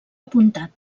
apuntat